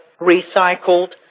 recycled